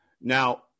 Now